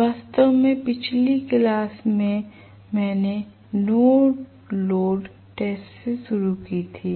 वास्तव में पिछली कक्षा मैंने नो लोड टेस्ट से शुरू की थी